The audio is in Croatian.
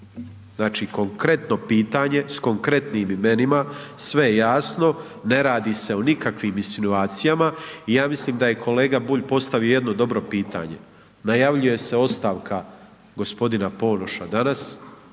Znači konkretno pitanje s konkretnim imenima, sve je jasno, ne radi se o nikakvim insinuacijama. I ja mislim da je kolega Bulj postavio jedno dobro pitanje, najavljuje se ostavka gospodina Ponoša danas.